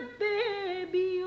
baby